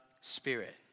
spirit